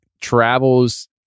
travels